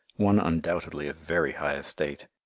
one undoubtedly of very high estate.